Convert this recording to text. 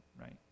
right